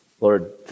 Lord